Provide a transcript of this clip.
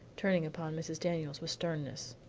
turning upon mrs. daniels with sternness.